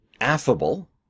affable